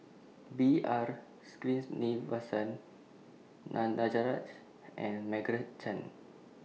B R Sreenivasan Danaraj and Margaret Chan